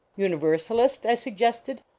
universalist? i suggested.